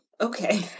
Okay